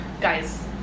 guys